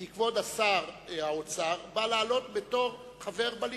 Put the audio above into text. כי כבוד שר האוצר בא לעלות בתור חבר בליכוד,